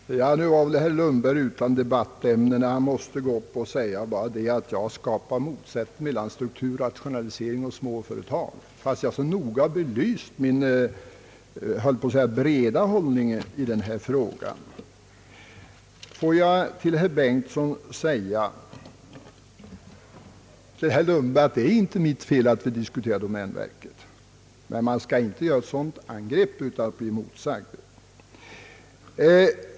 Herr talman! Nu var väl herr Lundberg utan debattämne när han måste gå upp och bara säga att jag skapar motsättningar mellan strukturrationalisering och småföretag, fast jag så noga belyst min breda hållning i den här frågan. Till herr Bengtson vill jag säga att det inte är mitt fel att vi diskuterar domänverket. Men man skall inte göra ett sådant angrepp utan att bli motsagd.